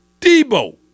Debo